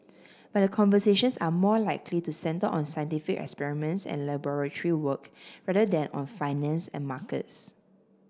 but the conversations are more likely to centre on scientific experiments and laboratory work rather than on finance and markets